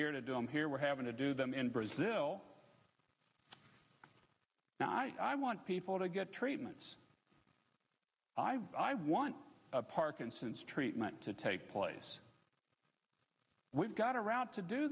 here to do them here we're having to do them in brazil i want people to get treatments i want parkinson's treatment to take place we've got around to do